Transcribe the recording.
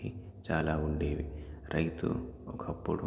అని చాలా ఉండేవి రైతు ఒకప్పుడు